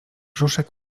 brzuszek